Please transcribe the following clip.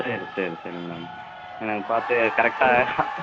சரி சரி சரி மேம் எனக்கு பார்த்து கரெக்ட்டாக